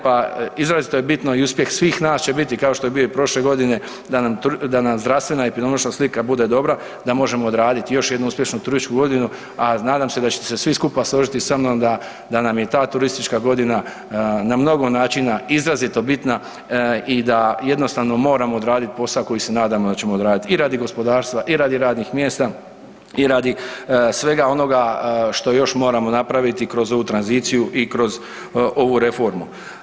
Pa izrazito je bitno i uspjeh svih nas će biti kao što je bio i prošle godine da nam zdravstvena epidemiološka slika bude dobra da možemo odraditi još jednu uspješnu turističku godinu, a nadam se da ćete se svi skupa složiti sa mnom da nam je i ta turistička godina na mnogo načina izrazito bitna i da jednostavno moramo odraditi posao koji se nadam da ćemo odraditi i radi gospodarstva, i radi radnih mjesta i radi svega onoga što još moramo napraviti kroz ovu tranziciju i kroz ovu reformu.